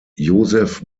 josef